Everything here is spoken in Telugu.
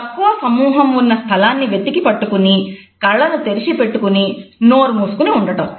తక్కువ సమూహం ఉన్న స్థలాన్ని వెతికి పట్టుకొని కళ్ళను తెరచిపెట్టుకుని నోరు మూసుకుని ఉండటం